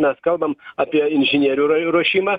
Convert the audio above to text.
mes kalbam apie inžinierių ru ruošimą